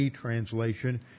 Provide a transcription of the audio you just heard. translation